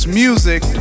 music